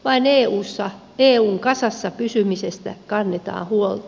vain eun kasassa pysymisestä kannetaan huolta